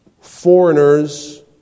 foreigners